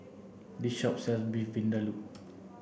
this shop sells Beef Vindaloo